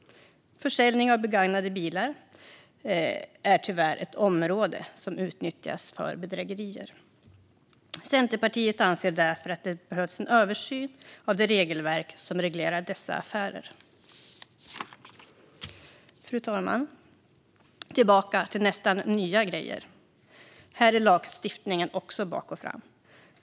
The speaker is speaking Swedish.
Försäljning av begagnade bilar är tyvärr ett område som utnyttjas för bedrägerier. Centerpartiet anser därför att det behövs en översyn av det regelverk som reglerar dessa affärer. Fru talman! Låt mig gå in på nästan nya grejer. Här är lagstiftningen också bak och fram.